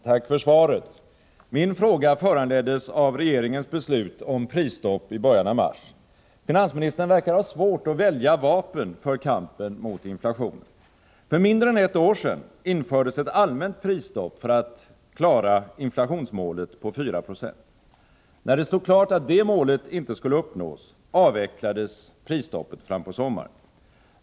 Herr talman! Jag tackar för svaret. Min fråga föranleddes av regeringens beslut om prisstopp i början av mars. Finansministern verkar ha svårt att välja vapen för kampen mot inflationen. För mindre än ett år sedan infördes ett allmänt prisstopp för att klara inflationsmålet på 4 20. När det stod klart att det målet inte skulle uppnås, avvecklades prisstoppet fram på sommaren.